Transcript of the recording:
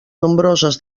nombroses